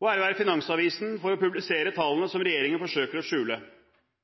og ære være Finansavisen for å publisere tallene